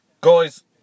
Guys